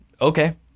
okay